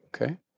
Okay